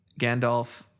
Gandalf